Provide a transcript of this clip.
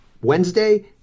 Wednesday